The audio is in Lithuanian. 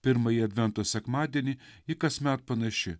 pirmąjį advento sekmadienį ji kasmet panaši